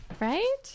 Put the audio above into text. right